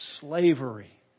slavery